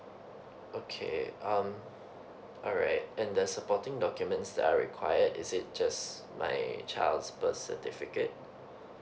okay um alright and the supporting documents that are required is it just my child's birth certificate